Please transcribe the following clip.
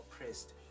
oppressed